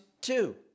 two